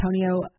Antonio